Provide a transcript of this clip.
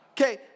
Okay